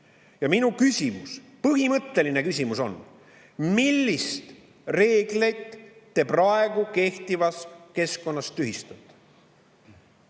Minu küsimus, põhimõtteline küsimus on: millise reegli te praegu kehtivas keskkonnas tühistate?